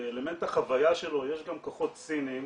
שבאלמנט החוויה שלו יש גם כוחות ציניים